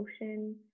emotion